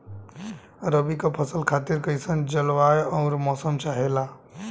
रबी क फसल खातिर कइसन जलवाय अउर मौसम चाहेला?